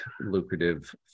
lucrative